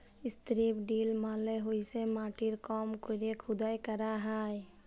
strip drill মালে হইসে মাটির কম কইরে খুদাই ক্যইরা হ্যয়